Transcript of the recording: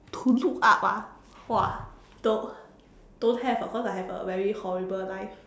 to look up ah !wah! don't don't have ah cause I have a very horrible life